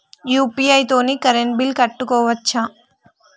UPI తోని current bill కట్టుకోవచ్ఛా?